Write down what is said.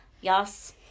yes